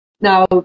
Now